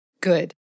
good